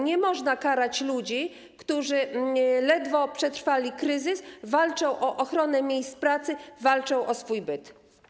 Nie można karać ludzi, którzy ledwo przetrwali kryzys, walczą o ochronę miejsc pracy, walczą o swój byt.